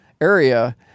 area